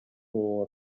оор